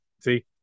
see